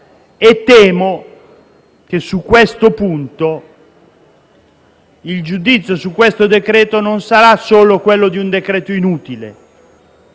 e temo che, su questo punto, il giudizio su questo decreto-legge non sarà solo quello di un decreto inutile.